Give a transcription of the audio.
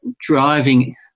driving